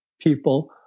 people